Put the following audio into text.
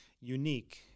unique